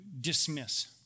dismiss